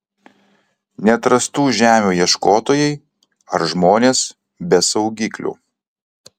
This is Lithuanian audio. neatrastų žemių ieškotojai ar žmonės be saugiklių